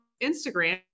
Instagram